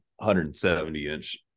170-inch